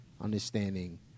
Understanding